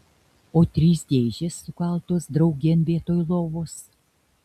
o trys dėžės sukaltos draugėn vietoj lovos